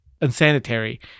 unsanitary